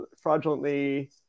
fraudulently